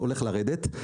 הולך לרדת,